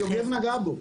יוגב נגע בו.